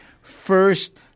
first